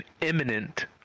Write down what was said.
imminent